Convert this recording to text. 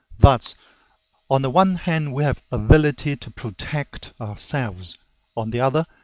thus on the one hand we have ability to protect ourselves on the other,